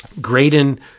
Graydon